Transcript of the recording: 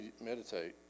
meditate